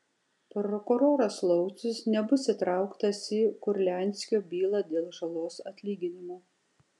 prokuroras laucius nebus įtrauktas į kurlianskio bylą dėl žalos atlyginimo